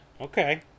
Okay